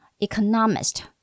Economist